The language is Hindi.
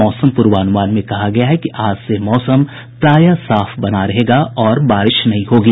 मौसम पूर्वानुमान में कहा गया है कि आज से मौसम प्रायः साफ बना रहेगा और बारिश नहीं होगी